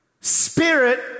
Spirit